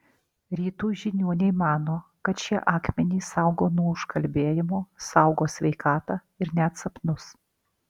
rytų žiniuoniai mano kad šie akmenys saugo nuo užkalbėjimo saugo sveikatą ir net sapnus